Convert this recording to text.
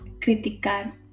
criticar